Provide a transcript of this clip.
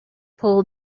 pull